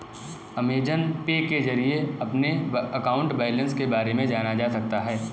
Amazon pay के जरिए अपने अकाउंट बैलेंस के बारे में जाना जा सकता है